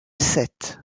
sète